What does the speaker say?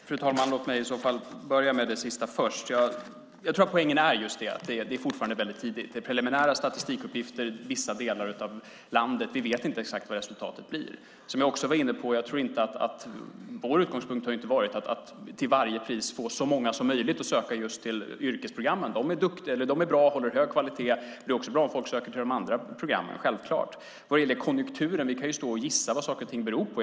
Fru talman! Låt mig börja med sista. Jag tror att poängen är att det fortfarande är väldigt tidigt. Det är preliminära statistikuppgifter från vissa delar av landet. Vi vet inte exakt vad resultatet blir. Vår utgångspunkt har inte varit att till varje pris få som många som möjligt att söka just till yrkesprogrammen. De är bra och håller bra kvalitet, men det är också bra om folk söker till de andra programmen. När det gäller konjunkturen vill jag säga att vi kan gissa vad saker och ting beror på.